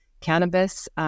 cannabis